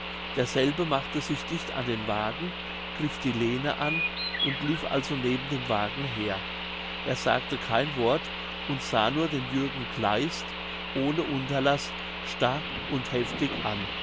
derselbe machte sich dicht an den wagen griff die lehne an und lief also neben dem wagen her er sagte kein wort und sah nur den jürgen kleist ohne unterlaß starr und heftig an